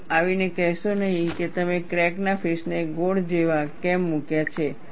તેથી આવીને કહેશો નહીં કે તમે ક્રેક ના ફેસને ગોળ જેવા કેમ મૂક્યા છે